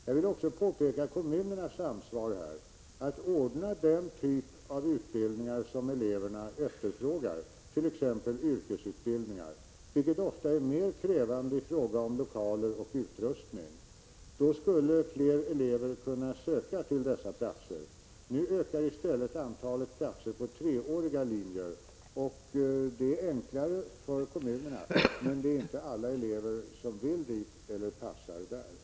Jag vill också påpeka kommunernas ansvar för att ordna den typ av utbildning som eleverna efterfrågar, t.ex. yrkesutbildningar, vilka ofta är mer krävande i fråga om lokaler och utrustning. Anordnades flera sådana utbildningar skulle fler elever kunna söka till dessa platser. Nu ökar i stället antalet platser på treåriga linjer. Det är enklare för kommunerna, men det är inte alla elever som vill dit eller passar där.